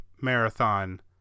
marathon